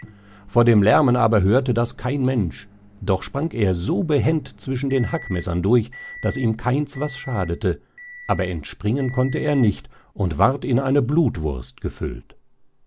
vor dem lärmen aber hörte das kein mensch doch sprang er so behend zwischen den hackmessern durch daß ihm keins was schadete aber entspringen konnte er nicht und ward in eine blutwurst gefüllt